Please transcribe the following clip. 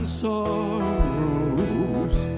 sorrows